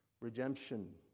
Redemption